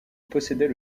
possédait